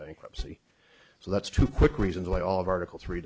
bankruptcy so that's two quick reasons why all of article three